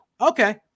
Okay